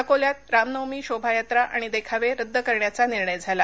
अकोल्यात रामनवमी शोभायात्रा आणि देखावे रद्द करण्याचा निर्णय झाला